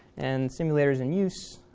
and simulator is in use